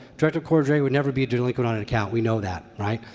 director cordray would never be delinquent on an account. we know that, right?